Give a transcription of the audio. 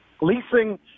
Leasing